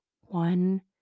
one